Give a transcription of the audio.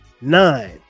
Nine